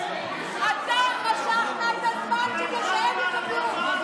אתה משכת את הזמן כדי שהם יקבלו.